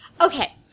Okay